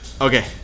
Okay